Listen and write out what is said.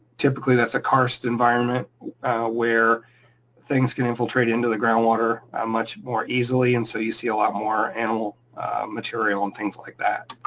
typically, that's a karst environment where things get infiltrated into the groundwater much more easily, and so you see a lot more animal material and things like that.